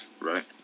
Right